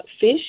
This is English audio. Fish